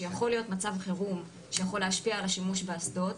שיכול להיות מצב חירום שיכול להשפיע על השימוש באסדות,